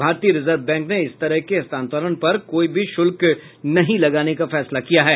भारतीय reserve bank ने इस तरह के हस्तांतरण पर कोई भी शुल्क नहीं लगाने का फैसला किया है